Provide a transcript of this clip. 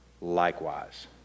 likewise